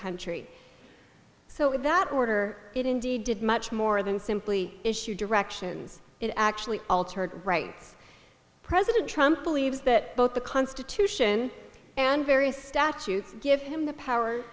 country so in that order it indeed did much more than simply issue directions it actually altered right president trump believes that both the constitution and various statutes give him the power